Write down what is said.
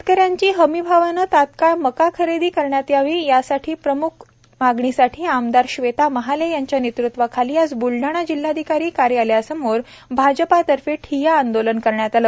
शेतकऱ्यांची हमीभावाणे तात्काळ मक्का खरेदी करण्यात यावी या प्रम्ख मागणीसाठी आमदार श्वेता महाले यांच्या नेतृत्वाखाली आज ब्लडाणा जिल्हाधिकारी कार्यालयासमोर भाजप तर्फे ठिय्या आंदोलन करण्यात आले